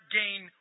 gain